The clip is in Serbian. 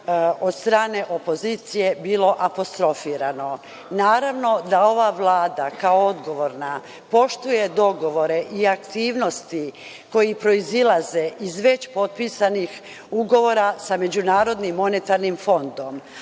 od strane opozicije bilo apostrofirano. Naravno da ova Vlada kao odgovorna poštuje dogovore i aktivnosti koje proizilaze iz već potpisanih ugovora sa MMF, ali ova Vlada